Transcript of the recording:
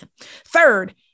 Third